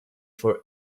for